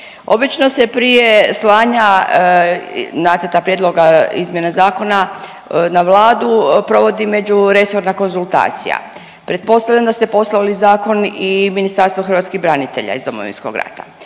obično se prije slanja nacrta prijedloga izmjena zakona na Vladu provodi međuresorna konzultacija. Pretpostavljam da ste poslali zakon i Ministarstvu hrvatskih branitelja iz Domovinskog rata,